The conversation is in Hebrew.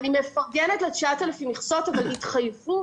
אני מפרגנת ל-9,000 מכסות, אבל התחייבו